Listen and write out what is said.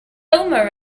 omar